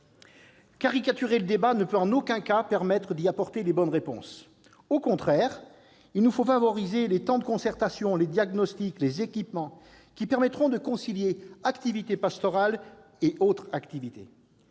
Caricaturer le débat ne peut en aucun cas permettre d'y apporter les bonnes réponses. Au contraire, il nous faut favoriser les temps de concertation, les diagnostics, les équipements qui permettront de concilier activité pastorale et autres activités.